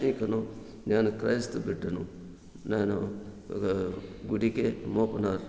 ఇకను నేను క్రైస్తవ బిడ్డను